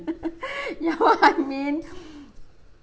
you know what I mean